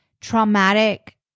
traumatic